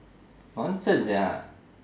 nonsense sia